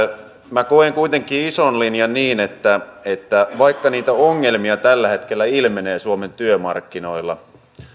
minä koen kuitenkin ison linjan niin että että vaikka niitä ongelmia tällä hetkellä ilmenee suomen työmarkkinoilla